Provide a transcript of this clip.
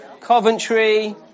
Coventry